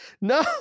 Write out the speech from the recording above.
No